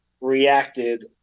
reacted –